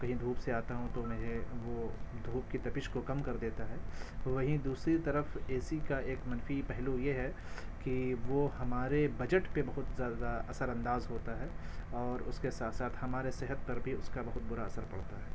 کہیں دھوپ سے آتا ہوں تو مجھے وہ دھوپ کی تپش کو کم کر دیتا ہے وہیں دوسری طرف اے سی کا ایک منفی پہلو یہ ہے کہ وہ ہمارے بجٹ پہ بہت زیادہ اثر انداز ہوتا ہے اور اس کے ساتھ ساتھ ہمارے صحت پر بھی اس کا بہت برا اثر پڑتا ہے